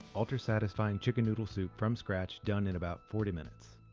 ultra-satisfying chicken noodle soup from scratch done in about forty minutes!